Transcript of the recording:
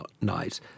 night